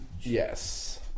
Yes